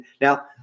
now